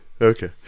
Okay